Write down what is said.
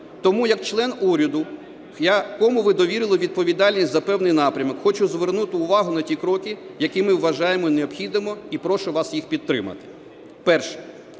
Тому як член уряду, якому ви довірили відповідальність за певний напрямок, хочу звернути увагу на ті кроки, які ми вважаємо необхідними, і прошу вас їх підтримати. Перше.